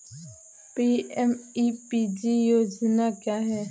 PMEPG योजना क्या है?